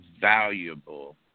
valuable